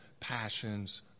passions